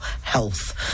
health